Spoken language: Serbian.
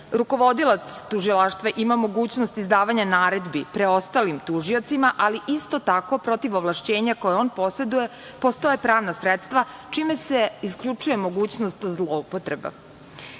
tužioci. Rukovodilac tužilaštva, ima mogućnost izdavanja naredbi, preostalim tužiocima, ali isto tako protiv ovlašćenja koje on poseduje, postoje pravna sredstva čime se isključuje mogućnost zloupotreba. Jedna